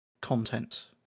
content